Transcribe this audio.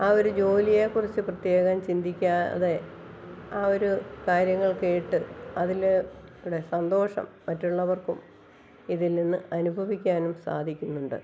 ആ ഒരു ജോലിയെ കുറിച്ച് പ്രത്യേകം ചിന്തിക്കാ തെ ആ ഒരു കാര്യങ്ങൾ കേട്ട് അതിൽ ങ്ങടെ സന്തോഷം മറ്റുള്ളവർക്കും ഇതിൽ നിന്ന് അനുഭവിക്കാനും സാധിക്കുന്നുണ്ട്